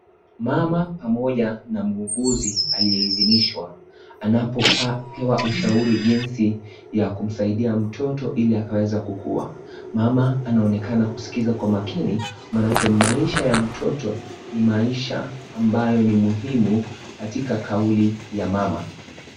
Mama pamoja na muuguzi aliyehidhinishwa anapopewa ushauri jinsi ya kumsaidia mtoto ili akaweza kukuwa. Mama anaonekana kuskiza kwa umakini maanake maisha ya mtoto ni maisha ambayo ni muhimu katika kauli ya mama.